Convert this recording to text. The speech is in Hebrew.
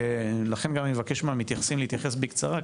לכן גם אני מבקש מהמתייחסים להתייחס בקצרה,